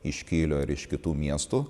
iš kylio ir iš kitų miestų